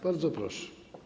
Bardzo proszę.